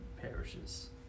perishes